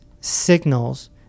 signals